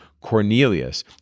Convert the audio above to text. Cornelius